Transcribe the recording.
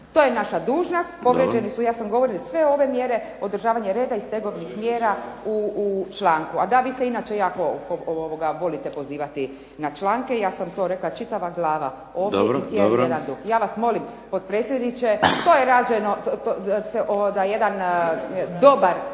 To je naša dužnost. Povrijeđeni su, ja sad govorim sve ove mjere, održavanje reda i stegovnih mjera u članku. A da, vi se inače jako volite pozivati na članke i ja sam to rekla, čitava glava …/Ne razumije se, govornici govore u isto vrijeme./… Ja vas molim potpredsjedniče, to je rađeno da jedan dobar